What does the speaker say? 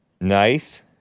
Nice